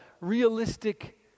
realistic